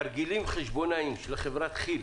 תרגילים חשבונאיים של חברת כי"ל